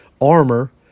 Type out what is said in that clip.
armor